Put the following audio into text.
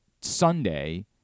Sunday